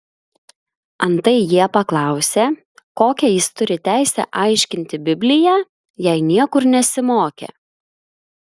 antai jie paklausė kokią jis turi teisę aiškinti bibliją jei niekur nesimokė